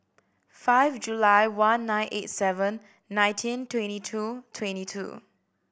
five July one nine eight seven nineteen twenty two twenty two